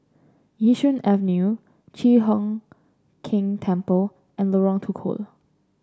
Yishun Avenue Chi Hock Keng Temple and Lorong Tukol